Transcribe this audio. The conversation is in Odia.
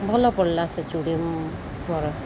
ଭଲ ପଡ଼ିଲା ସେ ଚୁଡ଼ି ମୋର